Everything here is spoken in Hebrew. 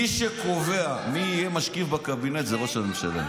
מי שקובע מי יהיה משקיף בקבינט זה ראש הממשלה.